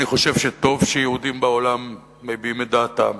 אני חושב שטוב שיהודים בעולם מביעים את דעתם.